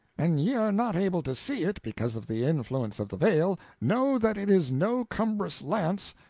an ye are not able to see it, because of the influence of the veil, know that it is no cumbrous lance,